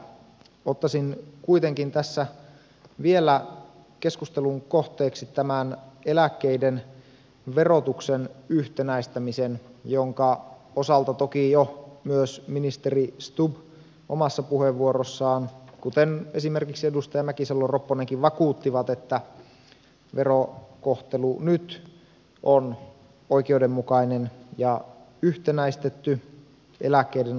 ottaisin kuitenkin tässä vielä keskustelun kohteeksi tämän eläkkeiden verotuksen yhtenäistämisen jonka osalta toki jo ministeri stubb omassa puheenvuorossaan samoin kuin esimerkiksi edustaja mäkisalo ropponenkin omassaan vakuutti että verokohtelu nyt on oikeudenmukainen ja yhtenäistetty eläkkeiden osalta